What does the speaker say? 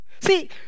See